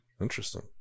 interesting